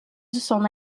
son